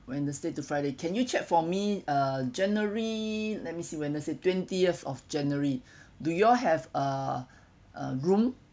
wednesday to friday can you check for me uh january let me see wednesday twentieth of january do you all have uh a room